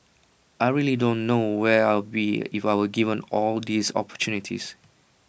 I really don't know where I'll be if I weren't given all these opportunities